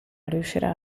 riuscirà